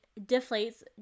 deflates